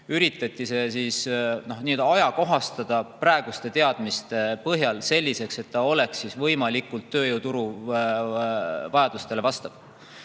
üritati see ajakohastada praeguste teadmiste põhjal selliseks, et see oleks võimalikult tööjõuturu vajadustele vastav.